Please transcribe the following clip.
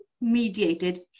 mediated